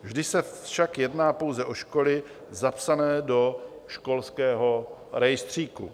Vždy se však jedná pouze o školy zapsané do školského rejstříku.